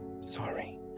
sorry